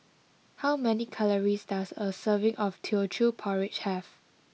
how many calories does a serving of Teochew Porridge have